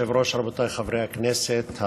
כבוד היושב-ראש, רבותיי חברי הכנסת,